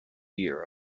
year